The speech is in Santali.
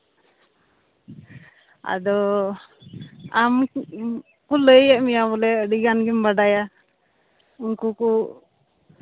ᱟᱫᱚ ᱟᱢ ᱠᱚ ᱞᱟᱹᱭᱮᱫ ᱢᱮᱭᱟ ᱵᱚᱞᱮ ᱟᱹᱰᱤ ᱜᱟᱱ ᱜᱮᱢ ᱵᱟᱰᱟᱭᱟ ᱩᱱᱠᱩ ᱠᱚ